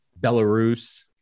Belarus